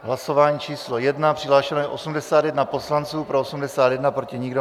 Hlasování číslo 1, přihlášeno je 81 poslanců, pro 81, proti nikdo.